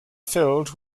filled